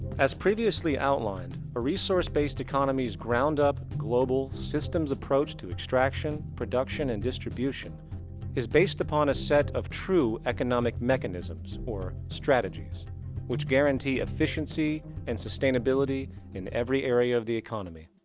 as previously outlined, a resource-based economy's ground-up global, systems approach to extraction, production and distribution is based upon on a set of true economic mechanisms, or strategies which guarantee efficiency and sustainability in every area of the economy.